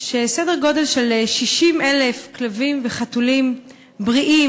שסדר גודל של 60,000 כלבים וחתולים בריאים